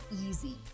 easy